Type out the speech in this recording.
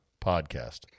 podcast